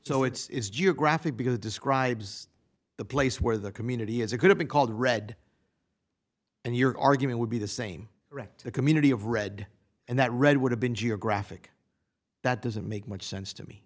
so it's geographic because it describes the place where the community is it could have been called red and your argument would be the same wrecked the community of red and that red would have been geographic that doesn't make much sense to me